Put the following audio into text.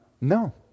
No